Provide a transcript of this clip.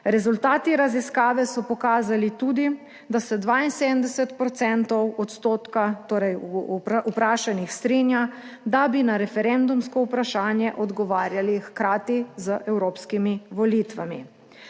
Rezultati raziskave so pokazali tudi, da se 72 % odstotka, torej vprašanih strinja, da bi na referendumsko vprašanje odgovarjali hkrati z evropskimi volitvami.